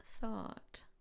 Thought